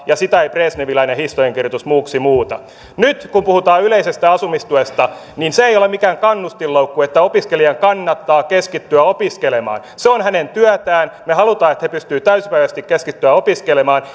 ja sitä ei brezhneviläinen historiankirjoitus muuksi muuta nyt kun puhutaan yleisestä asumistuesta niin se ei ole mikään kannustinloukku että opiskelijan kannattaa keskittyä opiskelemaan se on hänen työtään me haluamme että he pystyvät täysipäiväisesti keskittymään opiskelemaan